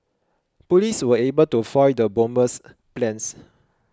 police were able to foil the bomber's plans